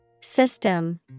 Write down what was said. System